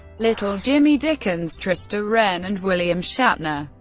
little jimmy dickens, trista rehn, and william shatner.